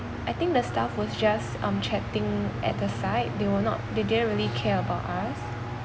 I think the staff was just um chatting at the side they were not they didn't really care about us